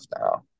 now